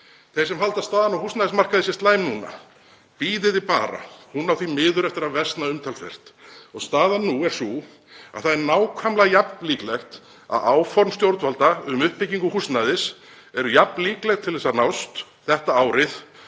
þeir sem halda að staðan á húsnæðismarkaði sé slæm núna, bíðið þið bara, hún á því miður eftir að versna umtalsvert. Staðan nú er sú að það er nákvæmlega jafn líklegt að áform stjórnvalda um uppbyggingu húsnæðis eru jafn líkleg til þess að nást þetta árið